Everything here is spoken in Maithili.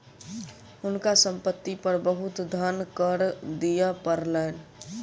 हुनका संपत्ति पर बहुत धन कर दिअ पड़लैन